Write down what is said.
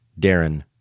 Darren